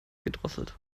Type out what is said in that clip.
gedrosselt